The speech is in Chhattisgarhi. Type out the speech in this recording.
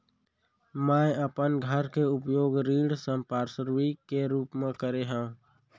मै अपन घर के उपयोग ऋण संपार्श्विक के रूप मा करे हव